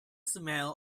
smell